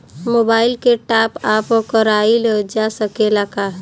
Mobile के top आप कराइल जा सकेला का?